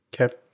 Okay